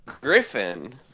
Griffin